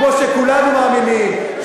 כמו שכולנו מאמינים,